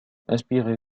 inspiré